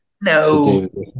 No